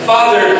Father